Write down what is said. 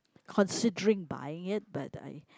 considering buying it but I